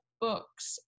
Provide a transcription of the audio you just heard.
books